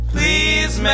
Please